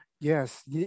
Yes